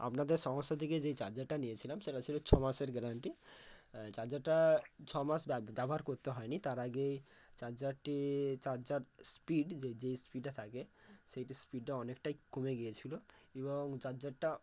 আপনাদের সংস্থা থেকে যেই চার্জারটা নিয়েছিলাম সেটা ছিল ছমাসের গ্যারান্টি চার্জারটা ছমাস ব্যবহার করতে হয়নি তার আগেই চার্জারটি চার্জার স্পিড যে যেই স্পিডটা থাকে সেইটা স্পিডটা অনেকটাই কমে গিয়েছিল এবং চার্জারটা